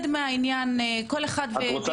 אני יכול